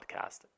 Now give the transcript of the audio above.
podcast